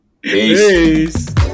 Peace